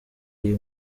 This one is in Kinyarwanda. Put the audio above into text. iyi